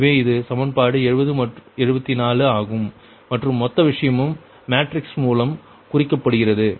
எனவே இது சமன்பாடு 70 74 ஆகும் மற்றும் மொத்த விஷயமும் மேட்ரிக்ஸ் மூலம் குறிக்கப்படுகிறது